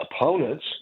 opponents